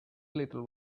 little